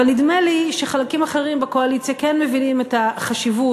אבל נדמה לי שחלקים אחרים בקואליציה כן מבינים את החשיבות